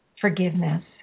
forgiveness